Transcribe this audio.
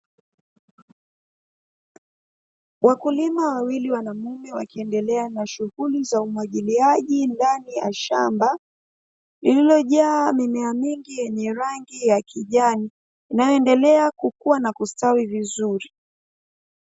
Wakulima wawili wa wanaume wakiendelea na shughuli za umwagiliaji ndani ya shamba, lililojaa mimea mingi yenye rangi ya kijani, inayoendelea kukua na kustawi vizuri.